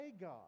God